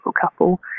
couple